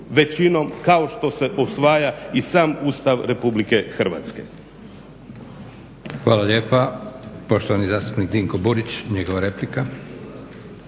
većinom kao što se usvaja i sam Ustav RH.